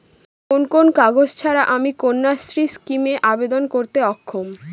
কোন কোন কাগজ ছাড়া আমি কন্যাশ্রী স্কিমে আবেদন করতে অক্ষম?